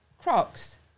Crocs